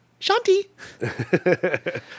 Shanti